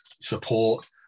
support